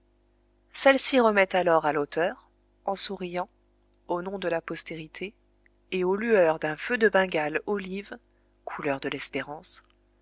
celle-ci remet alors à l'auteur en souriant au nom de la postérité et aux lueurs d'un feu de bengale olive couleur de l'espérance